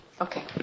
Okay